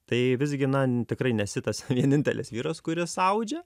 tai visgi na tikrai nesi tas vienintelis vyras kuris audžia